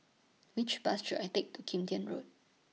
Which Bus should I Take to Kim Tian Road